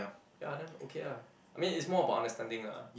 ya then okay lah I mean it's more about understanding lah